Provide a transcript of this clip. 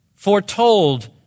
Foretold